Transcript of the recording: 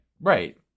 Right